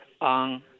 on